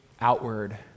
outward